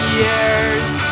years